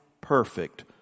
perfect